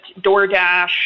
DoorDash